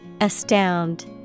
Astound